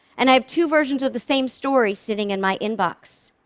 and i have two versions of the same story sitting in my inbox.